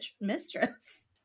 mistress